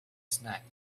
snack